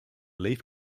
leaf